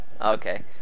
Okay